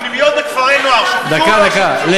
פנימיות וכפרי-נוער שופצו או לא שופצו?